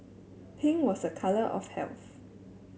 pink was a colour of health